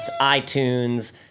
iTunes